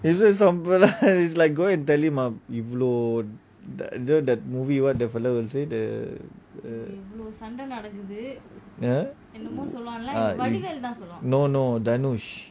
is his umbrella like go and tell him ah you blow the movie what the fellow the err no no danush